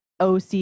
OC